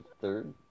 third